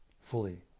fully